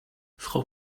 frau